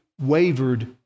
wavered